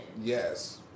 yes